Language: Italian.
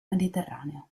mediterraneo